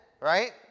right